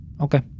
Okay